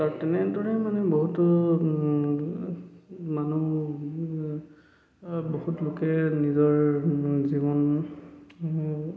আৰু তেনেদৰে মানে বহুতো মানুহ বহুত লোকে নিজৰ জীৱন